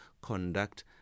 conduct